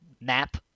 map